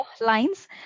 lines